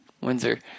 Windsor